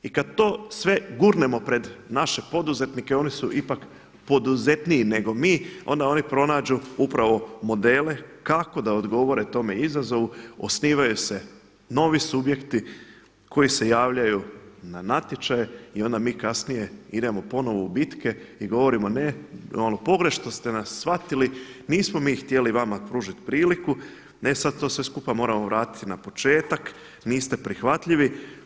I kada to sve gurnemo pred naše poduzetnike, oni su ipak poduzetniji nego mi, onda oni pronađu upravo modele kako da odgovore tome izazovu, osnivaju se novi subjekti koji se javljaju na natječaje i onda mi kasnije idemo ponovo u bitke i govorimo ne, pogrešno ste nas shvatili, nismo mi htjeli vama pružiti priliku, ne, sada sve to skupa moramo vratiti na početak, niste prihvatljivi.